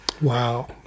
Wow